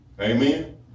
Amen